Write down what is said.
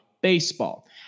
baseball